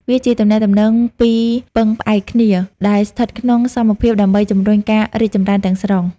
វាជាទំនាក់ទំនងពីរពឹងផ្អែកគ្នា ដែលស្ថិតក្នុងសមភាពដើម្បីជំរុញការរីកចម្រើនទាំងស្រុង។